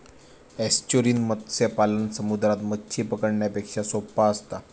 estuarine मत्स्य पालन समुद्रात मच्छी पकडण्यापेक्षा सोप्पा असता